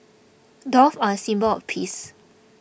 doves are symbol of peace